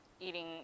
eating